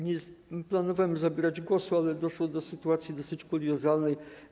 Nie planowałem zabierać głosu, ale doszło do sytuacji dosyć kuriozalnej.